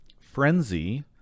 Frenzy